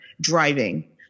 driving